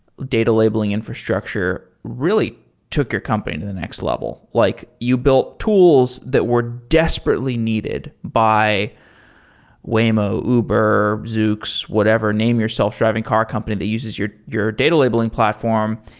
data labeling infrastructure really took your company to the next level. like you built tools that were desperately needed by waymo, uber, zoox, whatever, name your self-driving car company that uses your your data labeling platform.